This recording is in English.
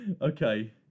Okay